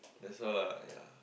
that's all lah ya